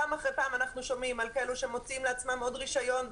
פעם אחר פעם אנחנו שומעים על כאלו שמוציאים לעצמם עוד רישיון,